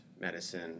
medicine